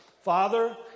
Father